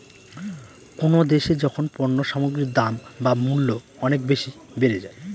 কোনো দেশে যখন পণ্য সামগ্রীর দাম বা মূল্য অনেক বেশি বেড়ে যায়